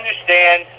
understand